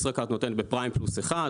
ישראכרט נותן בפריים פלוס 1,